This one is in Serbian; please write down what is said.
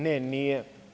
Ne, nije.